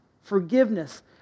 Forgiveness